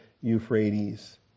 Euphrates